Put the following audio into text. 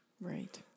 Right